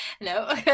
No